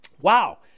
wow